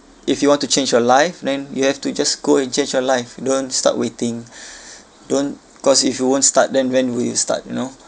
if you want to change your life then you have to just go and change your life don't start waiting don't cause if you won't start then when will you start you know